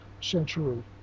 century